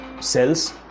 cells